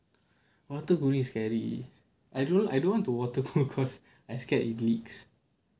water cooling is scary I don't know I don't want to water cool because I scared it leaks